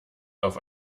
auf